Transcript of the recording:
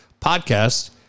podcast